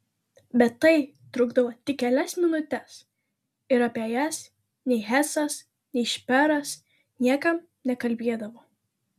bet tai trukdavo tik kelias minutes ir apie jas nei hesas nei šperas niekam nekalbėdavo